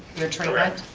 your treatment.